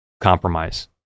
compromise